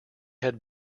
had